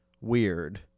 weird